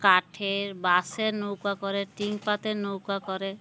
কাঠের বাঁশের নৌকা করে টিন পাতের নৌকা করে